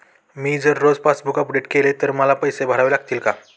मी जर रोज passbook update केले तर मला पैसे भरावे लागतील का?